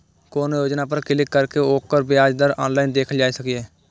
कोनो योजना पर क्लिक कैर के ओकर ब्याज दर ऑनलाइन देखल जा सकैए